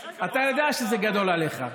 אתה יודע שזה גדול עליך.